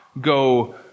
go